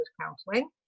counseling